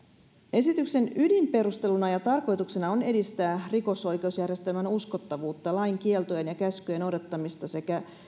esityksen ydinperusteluna ja tarkoituksena on edistää rikosoikeusjärjestelmän uskottavuutta lain kieltojen ja käskyjen noudattamista sekä